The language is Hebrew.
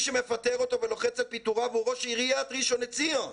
שמפטר אותו ולוחץ על פיטוריו הוא ראש עיריית ראשון לציון,